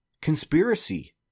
Conspiracy